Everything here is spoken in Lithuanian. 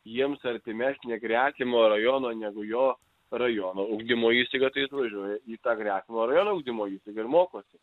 jiems artimesnė gretimo rajono negu jo rajono ugdymo įstaiga tai jis atvažiuoja į tą gretimo rajono ugdymo įstaigą ir mokosi